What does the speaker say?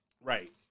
right